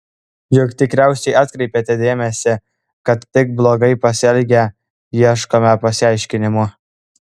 juk tikriausiai atkreipėte dėmesį kad tik blogai pasielgę ieškome pasiaiškinimų